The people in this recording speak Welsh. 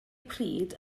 pryd